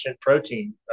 protein